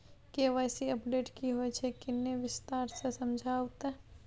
KYC update की होय छै किन्ने विस्तार से समझाऊ ते?